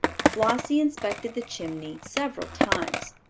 flossie inspected the chimney several times.